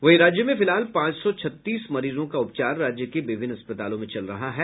वहीं राज्य में फिलहाल पांच सौ छत्तीस मरीजों का उपचार राज्य के विभिन्न अस्पतालों में चल रहा है